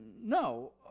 No